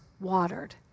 watered